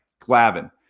Glavin